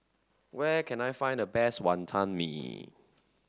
where can I find the best Wonton Mee